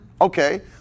Okay